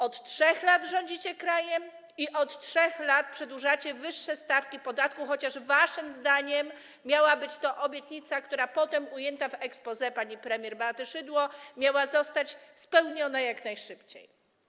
Od 3 lat rządzicie krajem i od 3 lat przedłużacie wyższe stawki podatku, chociaż waszym zdaniem miała to być obietnica, która - potem ujęta w exposé pani premier Beaty Szydło - miała zostać spełniona jak najszybciej.